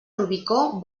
rubicó